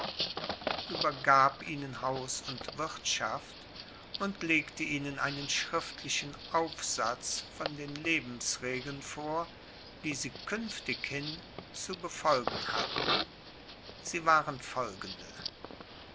übergab ihnen haus und wirtschaft und legte ihnen einen schriftlichen aufsatz von den lebensregeln vor die sie künftighin zu befolgen hatten sie waren folgende